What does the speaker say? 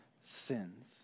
sins